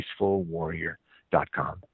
peacefulwarrior.com